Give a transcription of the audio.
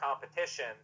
competition